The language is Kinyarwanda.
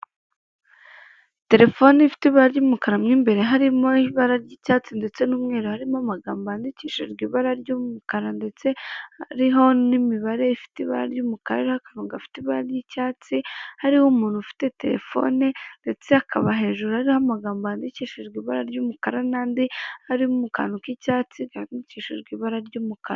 Telefon ifite ibara ry'umukara, mu imbere harimo ibara ry'icyatsi ndetse n'umweru, harimo amagambo yandikishijwe ibara ry'umukara, ndetse hariho n'imibare ifite ibara ry'umukara, n'akantu gafite ibara ry'icyatsi, hariho umuntu ufite telefone, ndetse hakaba hejuru yariho amagambo yandikishijwe ibara ry'umukara, n'andi ari mu kantu k'icyatsi yandikishijwe ibara ry'umukara.